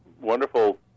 wonderful